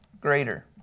greater